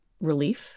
relief